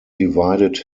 divided